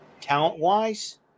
talent-wise